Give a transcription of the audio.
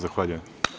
Zahvaljujem.